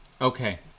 Okay